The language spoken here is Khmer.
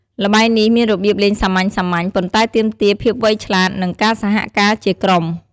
ល្បែងនេះមានរបៀបលេងសាមញ្ញៗ ប៉ុន្តែទាមទារភាពវៃឆ្លាត និងការសហការជាក្រុម។